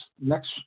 next